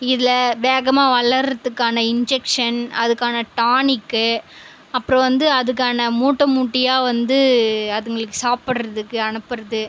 இல்லை வேகமாக வளர்றதுக்கான இன்ஜெக்ஷன் அதுக்கான டானிக்கு அப்புறம் வந்து அதுக்கான மூட்டை மூட்டையா வந்து அதுங்களுக்கு சாப்பிடுறதுக்கு அனுப்புகிறது